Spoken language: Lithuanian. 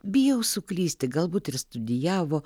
bijau suklysti galbūt ir studijavo